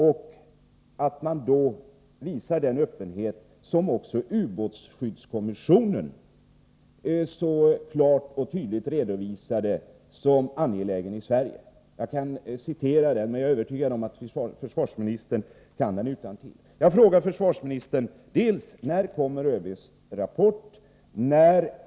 Ett sådant meddelande skulle visa den öppenhet som också ubåtsskyddskommissionen så klart och tydligt redovisade som angelägen i Sverige. Jag kan citera vad som står i kommissionens rapport, men jag är övertygad om att försvarsministern kan det utantill. Jag frågar därför försvarsministern: När kommer ÖB:s rapport?